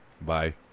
Bye